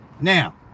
Now